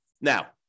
Now